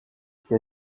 qui